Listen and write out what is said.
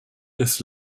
bis